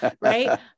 right